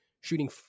shooting